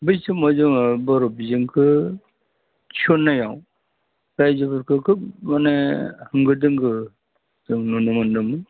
बै समाव जोङो बर' बिजोंखौ थिसननायाव रायजोफोरखौ खोब माने होंगो दोंगो जों नुनो मोन्दोंमोन